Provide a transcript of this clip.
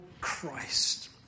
Christ